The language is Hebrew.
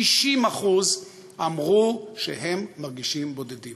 60% אמרו שהם מרגישים בודדים.